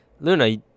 Luna